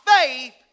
faith